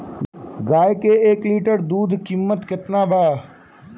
गाय के एक लीटर दूध कीमत केतना बा?